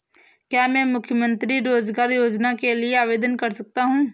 क्या मैं मुख्यमंत्री रोज़गार योजना के लिए आवेदन कर सकता हूँ?